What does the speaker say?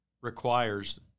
requires